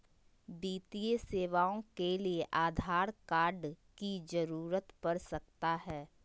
वित्तीय सेवाओं के लिए आधार कार्ड की जरूरत पड़ सकता है?